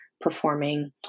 Performing